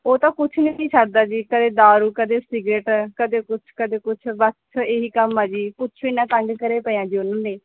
ਉਹ ਤਾਂ ਕੁਛ ਨਹੀਂ ਸੀ ਛੱਡਦਾ ਜੀ ਕਦੇ ਦਾਰੂ ਕਦੇ ਸਿਗਰਟ ਕਦੇ ਕੁਛ ਕਦੇ ਕੁਛ ਬਸ ਇਹੀ ਕੰਮ ਆ ਜੀ ਪੁੱਛੋ ਹੀ ਨਾ ਤੰਗ ਕਰੇ ਪਏ ਐ ਉਹਨਾਂ ਨੇ